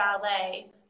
ballet